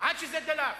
עד שזה דלף.